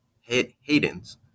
Hayden's